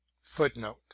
Footnote